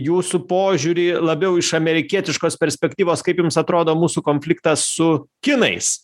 jūsų požiūrį labiau iš amerikietiškos perspektyvos kaip jums atrodo mūsų konfliktas su kinais